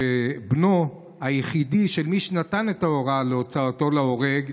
שבנו היחידי של מי שנתן את ההוראה להוצאתו להורג,